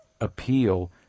appeal